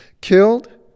killed